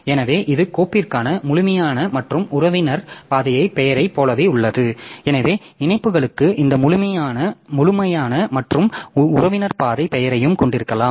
எனவே இது கோப்பிற்கான முழுமையான மற்றும் உறவினர் பாதைப் பெயரைப் போலவே உள்ளது எனவே இணைப்புகளுக்கு இந்த முழுமையான மற்றும் உறவினர் பாதை பெயரையும் கொண்டிருக்கலாம்